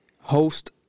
host